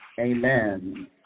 Amen